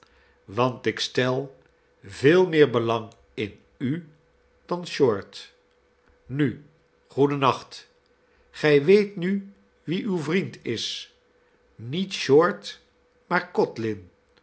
want ik stel veel meer belang in u dan short nu goeden nacht gij weet nu wie uw vriend is niet short maar